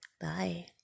Bye